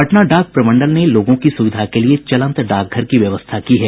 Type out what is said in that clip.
पटना डाक प्रमंडल ने लोगों की सुविधा के लिये चलंत डाकघर की व्यवस्था की है